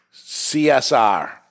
CSR